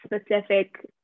specific